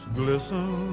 glisten